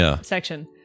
section